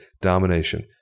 domination